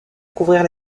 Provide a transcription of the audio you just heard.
couvrir